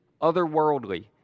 otherworldly